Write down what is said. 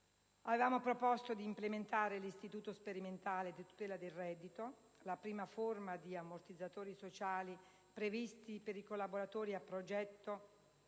Avevamo proposto di implementare l'istituto sperimentale di tutela del reddito, la prima forma di ammortizzatori sociali previsti per i collaboratori a progetto